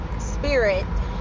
spirit